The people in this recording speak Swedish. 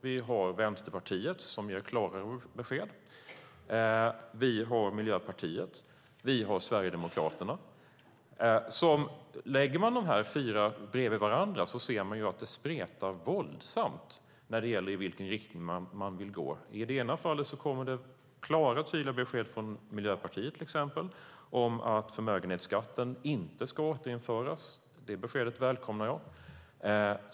Vi har Vänsterpartiet, som ger klarare besked. Vi har Miljöpartiet. Vi har Sverigedemokraterna. Om man lägger dessa fyra bredvid varandra ser man att det spretar våldsamt när det gäller i vilken riktning de vill gå. I det ena fallet kommer det klara och tydliga besked från Miljöpartiet, till exempel, om att förmögenhetsskatten inte ska återinföras. Detta besked välkomnar jag.